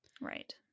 Right